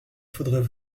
faudrait